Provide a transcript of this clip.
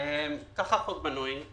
כך החוק בנוי.